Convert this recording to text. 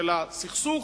של הסכסוך